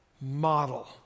model